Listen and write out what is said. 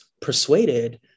persuaded